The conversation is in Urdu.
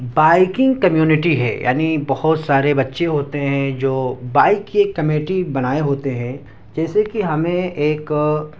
بائکنگ کمیونٹی ہے یعنی بہت سارے بچے ہوتے ہیں جو بائک کی ایک کمیٹی بنائے ہوتے ہیں جیسے کہ ہمیں ایک